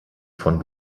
von